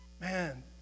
Man